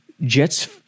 Jets